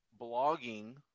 blogging